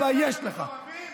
ישיבות, זה מקורבים?